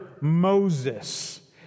Moses